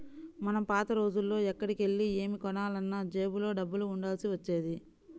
మనం పాత రోజుల్లో ఎక్కడికెళ్ళి ఏమి కొనాలన్నా జేబులో డబ్బులు ఉండాల్సి వచ్చేది